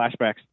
flashbacks